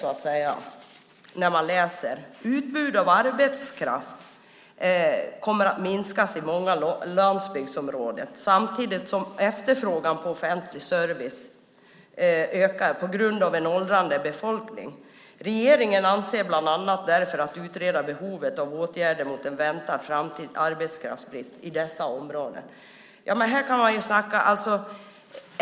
Där står nämligen att utbudet av arbetskraft kommer att minska i många landsbygdsområden samtidigt som efterfrågan på offentlig service ökar på grund av en åldrande befolkning och att regeringen avser att bland annat utreda behovet av åtgärder mot en väntad framtida arbetskraftsbrist i dessa områden.